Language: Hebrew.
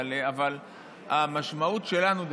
אבל המשמעות שלנו,